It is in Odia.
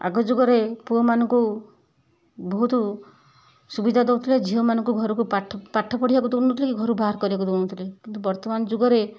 ଆଗ ଯୁଗରେ ପୁଅ ମାନଙ୍କୁ ବହୁତ ସୁବିଧା ଦଉଥିଲେ ଝିଅ ମାନଙ୍କୁ ଘରକୁ ପାଠ ପାଠ ପଢ଼ିବାକୁ ଦଉ ନ ଥିଲେ କି ଘରୁ ବାହାର କରିବାକୁ ଦଉ ନଥିଲେ କିନ୍ତୁ ବର୍ତ୍ତମାନ ଯୁଗରେ